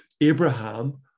Abraham